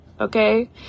Okay